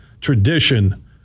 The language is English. tradition